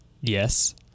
Yes